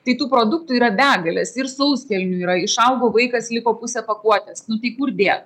tai tų produktų yra begalės ir sauskelnių yra išaugo vaikas liko pusė pakuotės nu tai kur dėt